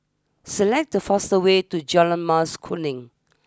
select the fastest way to Jalan Mas Kuning